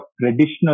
traditional